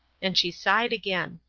and she sighed again.